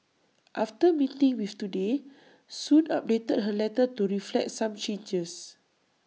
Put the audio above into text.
after meeting with Today Soon updated her letter to reflect some changes